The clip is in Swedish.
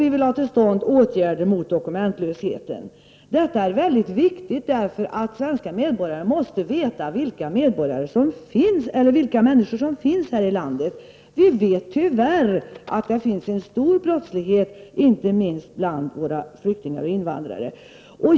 Vi vill få till stånd åtgärder mot dokumentlösheten. Det är mycket viktigt att svenska medborgare vet vilka människor som finns här i landet. Vi vet tyvärr att det finns en stor brottslighet bland våra flyktingar och invandrare.